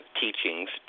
teachings